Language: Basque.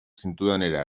zintudanera